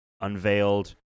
unveiled